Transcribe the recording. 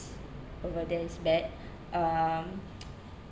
over there is bad um